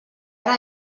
ara